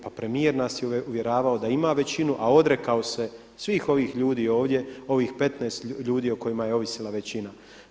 Pa premijer nas je uvjeravao da ima većinu a odrekao se svih ovih ljudi ovdje, ovih 15 ljudi o kojima je ovisila većina.